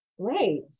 Great